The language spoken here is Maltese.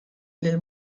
lill